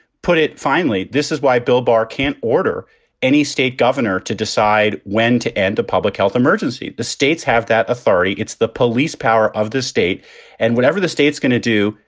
put it finally. this is why bill barr can't order any state governor to decide when to end a public health emergency. the states have that authority. it's the police power of this state and whatever the state's going to do.